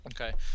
Okay